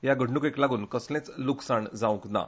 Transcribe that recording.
हे घडणुकेक लागून कसलेंच लुकसाण जावंक ना